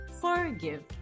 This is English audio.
forgive